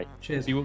cheers